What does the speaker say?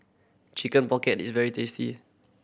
Chicken Pocket is very tasty